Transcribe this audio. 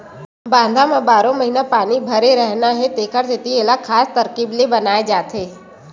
बांधा म बारो महिना पानी भरे रहना हे तेखर सेती एला खास तरकीब ले बनाए जाथे